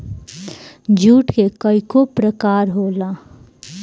जुट के कइगो प्रकार होला